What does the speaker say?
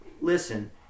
Listen